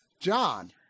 John